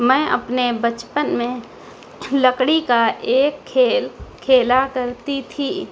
میں اپنے بچپن میں لکڑی کا ایک کھیل کھیلا کرتی تھی